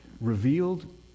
revealed